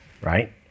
right